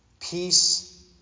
Peace